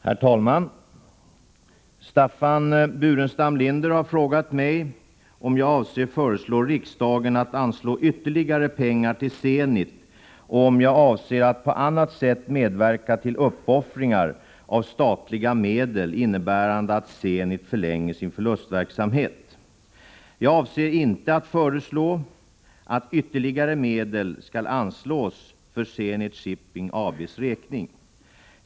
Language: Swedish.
Herr talman! Staffan Burenstam Linder har frågat mig om jag avser föreslå riksdagen att anslå ytterligare pengar till Zenit och om jag avser att på annat sätt medverka till uppoffringar av statliga medel, innebärande att Zenit förlänger sin förlustverksamhet. Jag avser inte föreslå att ytterligare medel skall anslås för Zenit Shipping AB:s räkning.